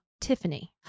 Tiffany